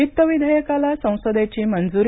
वित्त विधेयकाला संसदेची मंजुरी